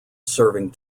serving